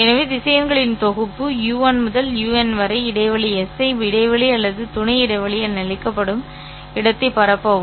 எனவே திசையன்களின் தொகுப்பு u1 முதல் un வரை இடைவெளி S ஐ இடைவெளி அல்லது துணை இடைவெளி என அழைக்கப்படும் இடத்தை பரப்பவும்